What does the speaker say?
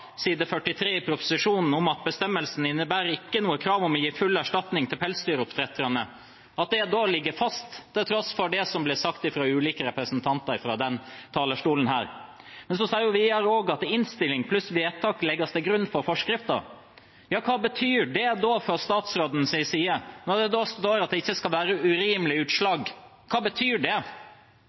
side 43 i proposisjonen om at «bestemmelsen innebærer ikke noe krav om å gi full erstatning til pelsdyroppdrettere», ligger fast, til tross for det som ble sagt fra ulike representanter fra denne talerstolen. Men så sier hun videre også at innstillingen pluss vedtak legges til grunn for forskriften. Ja, hva betyr det fra statsrådens side, når det står at det ikke skal være «urimelige utslag». Hva betyr det?